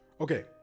Okay